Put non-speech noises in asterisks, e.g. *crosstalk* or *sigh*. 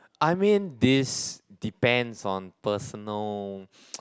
I mean this depends on personal *noise*